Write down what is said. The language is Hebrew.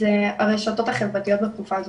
הרשתות החברתיות בתקופה הזו.